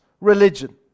religion